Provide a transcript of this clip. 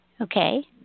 Okay